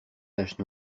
taches